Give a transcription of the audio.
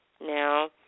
Now